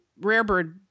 Rarebird